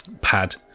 pad